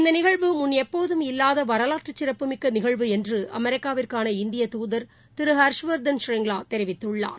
இந்தநிகழ்வு முன் எப்போதும் இல்வாத வரலாற்றுச் சிறப்பு மிக்கநிகழ்வு என்றுஅமெரிக்காவிற்கான இந்திய துதர் திருஹர்ஷ்வர்தன் ஷ்ரிங்லாதெரிவித்துள்ளார்